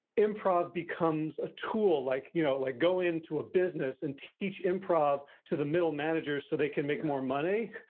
improv becomes a tool like, you know, like, go into a business and teach improv to the middle managers, so they can make more money.